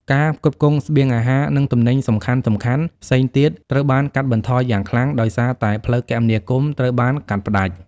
ការផ្គត់ផ្គង់ស្បៀងអាហារនិងទំនិញសំខាន់ៗផ្សេងទៀតត្រូវបានកាត់បន្ថយយ៉ាងខ្លាំងដោយសារតែផ្លូវគមនាគមន៍ត្រូវបានកាត់ផ្តាច់។